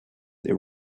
they